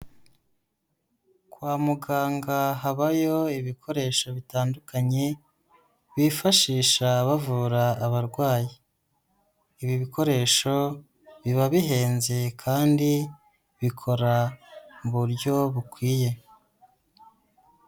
Kwa muganga habayo ibikoresho bitandukanye, bifashisha bavura abarwayi, ibi bikoresho biba bihenze kandi bikora mu buryo bukwiye.